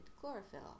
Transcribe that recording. chlorophyll